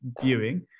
viewing